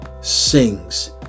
sings